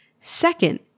Second